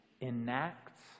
enacts